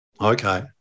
Okay